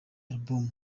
album